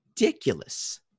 ridiculous